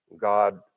God